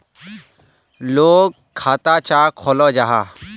लोग खाता चाँ खोलो जाहा?